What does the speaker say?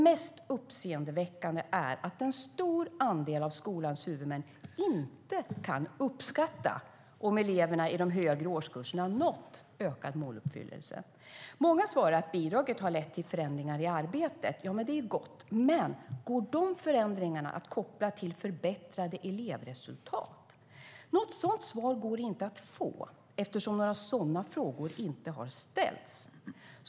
Mest uppseendeväckande är dock att en stor andel av skolans huvudmän inte kan uppskatta om eleverna i de högre årskurserna har nått ökad måluppfyllelse. Många svarar att bidraget har lett till förändringar i arbetet. Det är gott, men går de förändringarna att koppla till förbättrade elevresultat? Något svar på det går inte att få eftersom några sådana frågor inte har ställts.